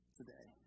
today